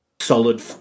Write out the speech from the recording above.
solid